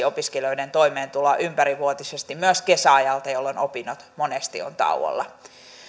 opiskelijoiden toimeentuloa ympärivuotisesti myös kesäajalta jolloin opinnot monesti ovat tauolla